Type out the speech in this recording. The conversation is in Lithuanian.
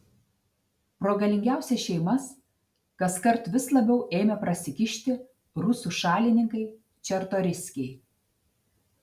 pro galingiausias šeimas kaskart vis labiau ėmė prasikišti rusų šalininkai čartoriskiai